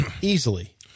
easily